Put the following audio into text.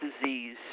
disease